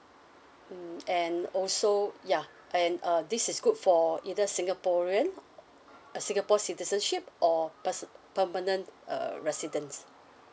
mm and also ya and uh this is good for either singaporean uh singapore citizenship or pers~ permanent uh residence